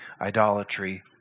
idolatry